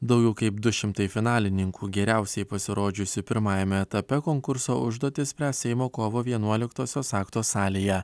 daugiau kaip du šimtai finalininkų geriausiai pasirodžiusių pirmajame etape konkurso užduotis spręs seimo kovo vienuoliktosios akto salėje